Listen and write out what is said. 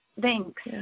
thanks